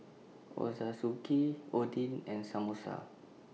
Ochazuke Oden and Samosa